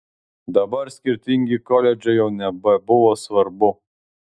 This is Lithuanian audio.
dabar skirtingi koledžai jau nebebuvo svarbu